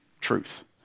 truth